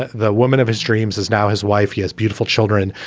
ah the woman of his dreams is now his wife. he has beautiful children,